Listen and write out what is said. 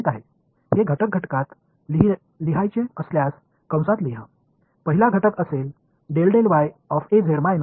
எனவே இதை நான் கூறுகளின் வடிவத்தில் எழுத விரும்பினால் அடைப்பு வடிவில் எழுத வேண்டும்